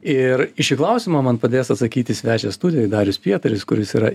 ir į šį klausimą man padės atsakyti svečias studijoj darius pietaris kuris yra